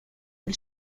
del